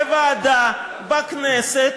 זה ועדה בכנסת,